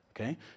Okay